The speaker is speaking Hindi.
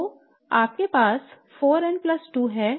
तो आपके पास 4n 2 है जो 6 है